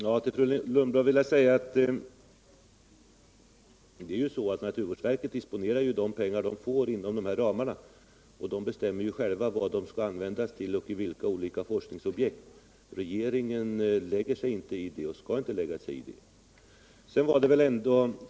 Herr talman! Till fru Lundblad vill jag säga att naturvårdsverket disponerar de medel som verket får anslagna inom de här ramarna och att det självt bestämmer till vilka forskningsobjekt pengarna skall användas. Regeringen lägger sig inte i det, och regeringen skall inte heller lägga sig i det.